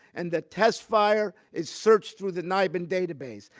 and the test fire is searched through the nibin database.